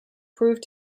proved